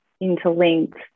interlinked